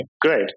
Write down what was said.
great